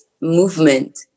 movement